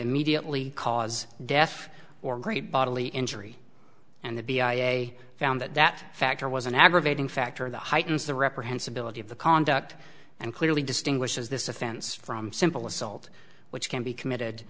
immediately cause death or great bodily injury and the b i found that that factor was an aggravating factor the heightens the reprehensible of the conduct and clearly distinguishes this offense from simple assault which can be committed